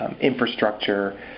infrastructure